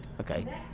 Okay